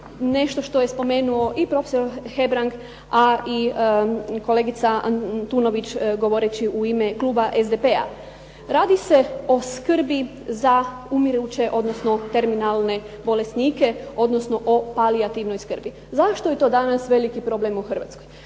nešto što je spomenuo i profesor Hebrang, a i kolegica Antunović govoreći u ime kluba SDP-a. Radi se o skrbi za umiruće odnosno terminalne bolesnike, odnosno o palijativnoj skrbi. Zašto je to danas veliki problem u Hrvatskoj?